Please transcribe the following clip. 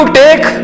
take